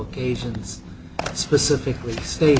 occasions specifically say